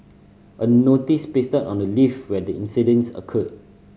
a notice pasted on the lift where the incident occurred